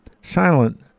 Silent